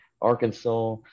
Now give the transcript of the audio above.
arkansas